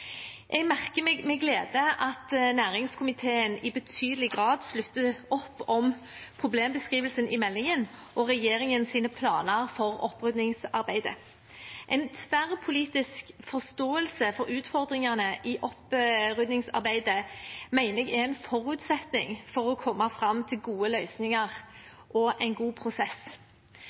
Jeg merker meg med glede at næringskomiteen i betydelig grad slutter opp om problembeskrivelsen i meldingen og regjeringens planer for oppryddingsarbeidet. En tverrpolitisk forståelse for utfordringene i oppryddingsarbeidet mener jeg er en forutsetning for å komme fram til gode løsninger og en god prosess.